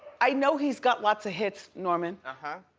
i know he's got lots of hits, norman.